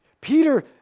Peter